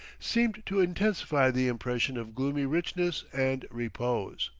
seemed to intensify the impression of gloomy richness and repose.